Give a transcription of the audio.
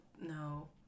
no